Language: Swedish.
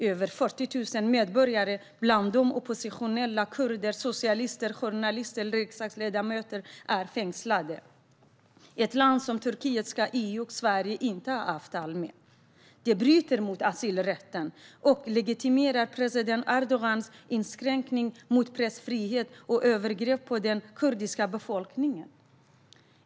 Över 40 000 medborgare, bland dem oppositionella, kurder, socialister, journalister och riksdagsledamöter, är fängslade. Ett land som Turkiet ska EU och Sverige inte ha avtal med. Landet bryter mot asylrätten och legitimerar president Erdogans inskränkning av pressfrihet och övergrepp på den kurdiska befolkningen.